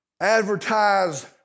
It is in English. advertise